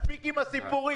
מספיק עם הסיפורים.